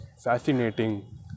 fascinating